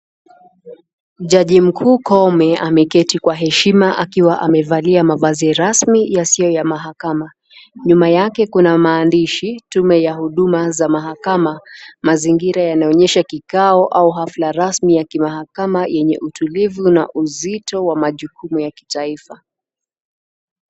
Jaji mkuu Koome ameketi kwa heshima akiwa amevalia mavazi rasmi yasiyokuwa ya mahakama, nyuma yake kuna maandishi Tume za Huduma za mahakama, mazingira yanaoonyesha tume au kikao au hafla rasmi ya kimahakama kama yenye utulivu na uzito wa majukumu ya kitaifa.